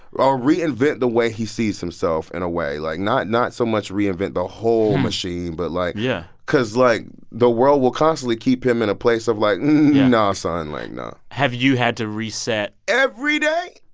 or reinvent the way he sees himself in a way. like, not not so much reinvent the whole machine, but like. yeah. cause, like, the world will constantly keep him in a place of like, no, ah son, like, no have you had to reset. every day.